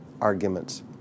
arguments